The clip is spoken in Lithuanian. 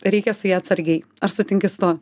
reikia su ja atsargiai ar sutinki su tuo